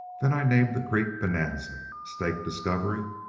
then i named the creek bonanza, staked discovery,